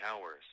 hours